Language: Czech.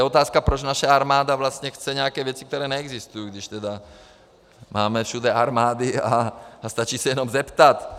Je otázka, proč naše armáda vlastně chce nějaké věci, které neexistují, když tedy máme všude armády a stačí se jenom zeptat.